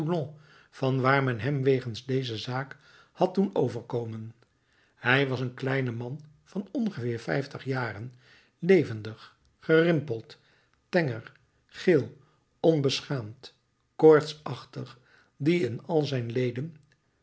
van waar men hem wegens deze zaak had doen overkomen hij was een kleine man van ongeveer vijftig jaren levendig gerimpeld tenger geel onbeschaamd koortsachtig die in al zijn leden